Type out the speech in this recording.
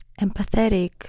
empathetic